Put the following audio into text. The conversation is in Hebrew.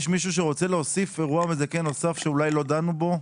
יש מישהו שרוצה להוסיף אירוע מזכה נוסף שאולי לא דנו בו?